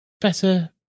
better